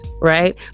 right